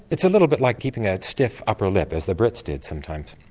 it's a little bit like keeping a stiff upper lip as the brits did sometimes.